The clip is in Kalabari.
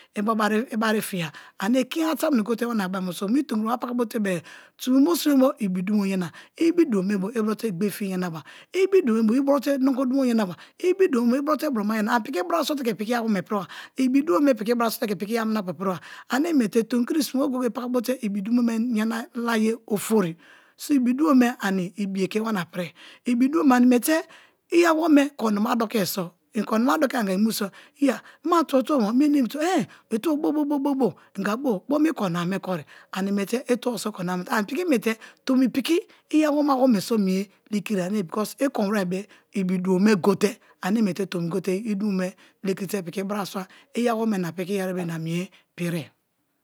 i bari fiya ane kiniyana tamuno go te wana bai mineso mi tomi kiri wa paka bote be sime bo sime ibi dumo yana ibi dumo me bo ibrote ghe fiye yanaba ibi dumo me bo i brote nogo dumo yanaba ibi dumo me bo i brote broma yanaba ani piki brasua te ke iyawome piriba, ibi dumo me so piki brasua te ke iyaminapu piriba ane miete tomi kiri sime bo goyengoye paka bote ibidumo me yana laye ofori so ibi dumo me ani ibiye ke wana pirie, ibi dumo ani miete iyawonce kori nama dokuye so, i korinama dokie anga i mu so iya ma tabo-tabo mo enemi tabo eh itubo boboho inga bo mi korinama me kori ani miete i tabo so korinama me, ani piki miete tomi piki iyaioome, nwome so mie lekirie because i kon were be ibi dumo me gote ane mie te tomi gote i dumo me gote piki brasua i awome na piki iyeri na mie pirie.